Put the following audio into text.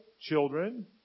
children